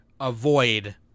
avoid